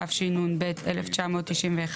התשנ"ב 1991,